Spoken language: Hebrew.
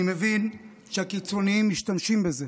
אני מבין שהקיצונים משתמשים בזה